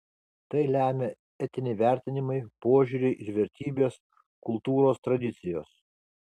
tai lemia etiniai vertinimai požiūriai ir vertybės kultūros tradicijos